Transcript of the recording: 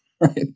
right